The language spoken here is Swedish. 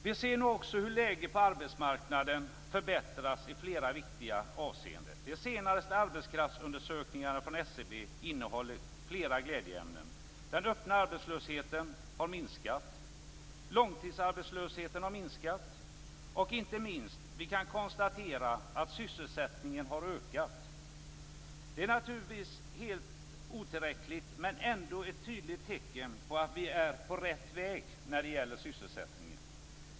Vi ser nu också hur läget på arbetsmarknaden förbättras i flera viktiga avseenden. Den senaste arbetskraftsundersökningen från SCB innehåller flera glädjeämnen. Den öppna arbetslösheten har minskat. Långtidsarbetslösheten har minskat. Inte minst kan vi konstatera att sysselsättningen har ökat. Det är naturligtvis helt otillräckligt, men ändå ett tydligt tecken på att vi är på rätt väg när det gäller sysselsättningen.